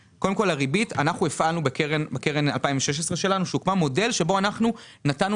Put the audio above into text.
הפעלנו בקרן 2016 שהוקמה מודל שבו נתנו